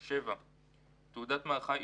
תעודת7.